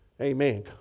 Amen